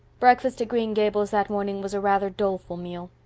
breakfast at green gables that morning was a rather doleful meal.